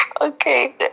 Okay